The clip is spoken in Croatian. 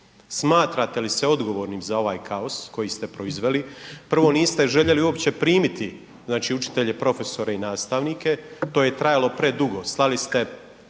smatrate li se odgovornim za ovaj kaos koji ste proizveli. Prvo niste željeli uopće primiti znači učitelje, profesore i nastavnike, to je trajalo predugo, slali ste